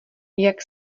jak